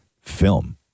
film